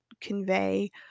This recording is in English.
convey